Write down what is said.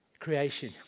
creation